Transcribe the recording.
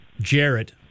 Jarrett